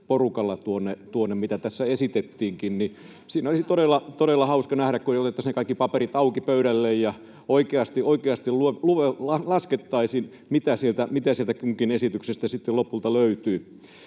porukalla, mitä tässä esitettiinkin. Siinä olisi todella hauska nähdä, kun otettaisiin ne kaikki paperit auki pöydälle ja oikeasti laskettaisiin, mitä sieltä kunkin esityksestä sitten lopulta löytyy.